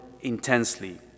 intensely